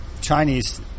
Chinese